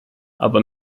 aber